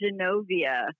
Genovia